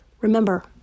Remember